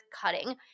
cutting